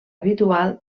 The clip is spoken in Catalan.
habitual